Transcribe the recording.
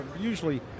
Usually